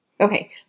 Okay